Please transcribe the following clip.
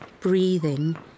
breathing